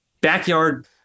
Backyard